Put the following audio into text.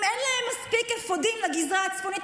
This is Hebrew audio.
אם אין להם מספיק אפודים לגזרה הצפונית,